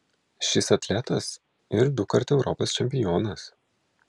šis atletas ir dukart europos čempionas